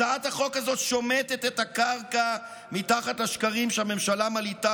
הצעת החוק הזאת שומטת את הקרקע מתחת לשקרים שהממשלה מלעיטה